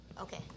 Okay